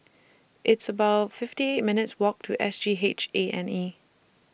It's about fifty eight minutes' Walk to S G H A and E